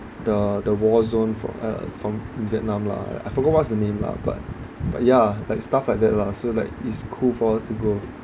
the the war zone from uh from vietnam lah I forgot what's the name lah but but yeah like stuff like that lah so like it's cool for us to go